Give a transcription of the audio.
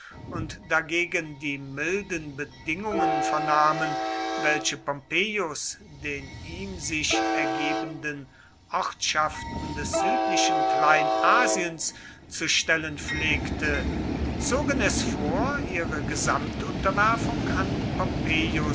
und dagegen die milden bedingungen vernahmen welche pompeius den ihm sich ergebenden ortschaften des südlichen kleinasiens zu stellen pflegte zogen es vor ihre gesamtunterwerfung an